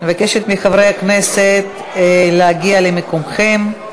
אני מבקשת מחברי הכנסת להגיע למקומכם.